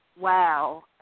wow